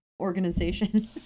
organization